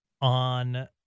on